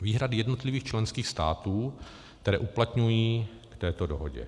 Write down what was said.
Výhrady jednotlivých členských států, které uplatňují k této dohodě.